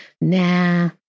nah